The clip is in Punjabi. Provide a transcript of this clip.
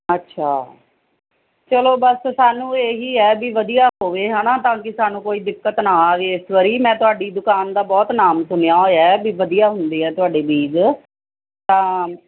ਅੱਛਾ ਚੱਲੋ ਬਸ ਸਾਨੂੰ ਇਹ ਹੀ ਹੈ ਵੀ ਵਧੀਆ ਹੋਵੇ ਹੈ ਨਾ ਤਾਂ ਕਿ ਸਾਨੂੰ ਕੋਈ ਦਿੱਕਤ ਨਾ ਆਵੇ ਇਸ ਵਾਰ ਮੈਂ ਤੁਹਾਡੀ ਦੁਕਾਨ ਦਾ ਬਹੁਤ ਨਾਮ ਸੁਣਿਆ ਹੋਇਆ ਵੀ ਵਧੀਆ ਹੁੰਦੇ ਆ ਤੁਹਾਡੇ ਬੀਜ਼ ਤਾਂ